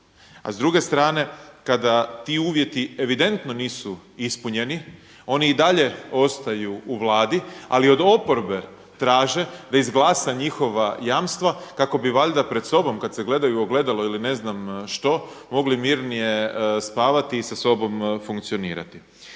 a s druge strane kada ti uvjeti evidentno nisu ispunjeni oni i dalje ostaju u Vladi, ali od oporbe traže da izglasa njihova jamstva kako bi valjda pred sobom kada se gledaju u ogledalo ili ne znam što mogli mirnije spavati i sa sobom funkcionirati.